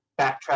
backtrack